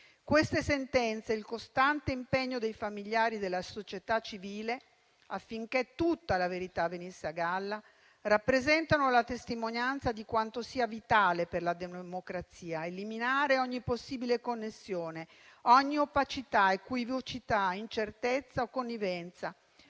Queste sentenze e il costante impegno dei familiari della società civile affinché tutta la verità venisse a galla rappresentano la testimonianza di quanto sia vitale per la democrazia eliminare ogni possibile connessione, ogni opacità, equivocità, incertezza o connivenza